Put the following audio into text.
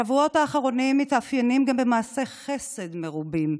השבועות האחרונים מתאפיינים גם במעשי חסד מרובים.